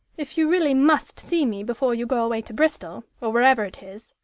if you really must see me before you go away to bristol, or wherever it is,